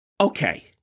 okay